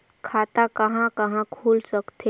खाता कहा कहा खुल सकथे?